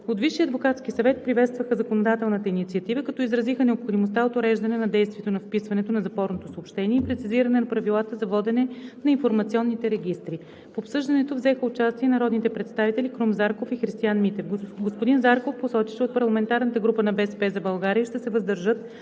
От Висшия адвокатски съвет приветстваха законодателната инициатива, като изразиха необходимостта от уреждане на действието на вписването на запорното съобщение и прецизиране на правилата за водене на информационните регистри. В обсъждането взеха участие народните представители Крум Зарков и Христиан Митев. Господин Зарков посочи, че от парламентарната група на „БСП за България“ ще се въздържат